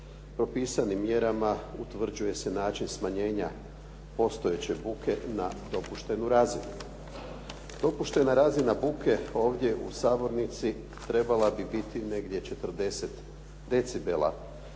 Propisanim mjerama utvrđuje se način smanjenja postojeće buke na dopuštenu razinu. Dopuštena razina buke ovdje u sabornici trebala bi biti negdje 40 decibela.